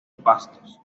pastos